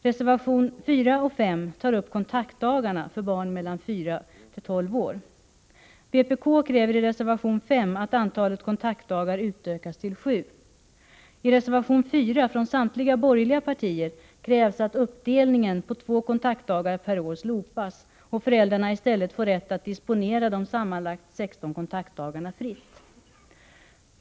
Reservationerna 4 och 5 tar upp kontaktdagarna för barn mellan fyra och tolv år. Vpk kräver i reservation 5 att antalet kontaktdagar utökas till sju. I reservation 4 från samtliga borgerliga partier krävs att uppdelningen på två kontaktdagar per år slopas och att föräldrarna i stället får rätt att disponera de sammanlagt 16 kontaktdagarna fritt.